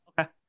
Okay